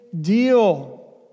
deal